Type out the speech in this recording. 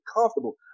comfortable